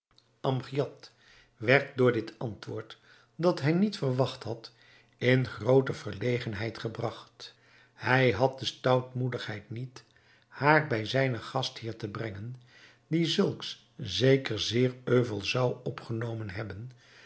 amgiad werd door dit antwoord dat hij niet verwacht had in groote verlegenheid gebragt hij had de stoutmoedigheid niet haar bij zijnen gastheer te brengen die zulks zeker zeer euvel zou opgenomen hebben